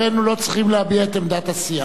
אבל, להיפך, הם מתואמים.